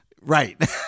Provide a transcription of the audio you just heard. Right